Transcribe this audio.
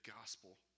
gospel